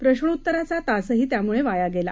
प्रशोत्तराचातासहीत्यामुळेवायागेला